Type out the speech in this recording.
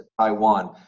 Taiwan